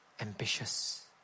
ambitious